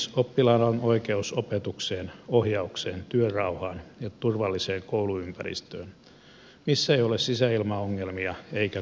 oppilaalla on oikeus opetukseen ohjaukseen työrauhaan ja turvalliseen kouluympäristöön missä ei ole sisäilmaongelmia eikä koulukiusaamista